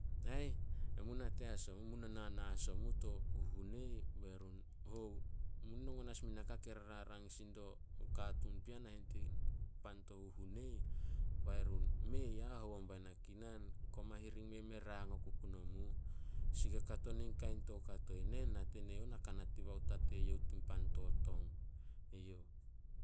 "Emu nate as omu. Mu nana as omu to huhunei." Be run, "Hou?" "Mu nonongon as mu naka ke rarang sin dio katuun pea nahen tin pan to huhunei. Bai run, "Mei ah. 'Hou on?'" Bai na, "Kinan, koma hiring oku me yem e rang oku punomu. Sih ke kato nin kain toukato inen, nate ne youh na kanat dibao ta teyouh tin pan to tong." Eyouh.